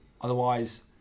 otherwise